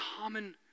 common